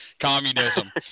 communism